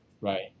right